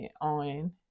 on